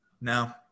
No